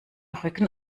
rücken